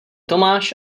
tomáš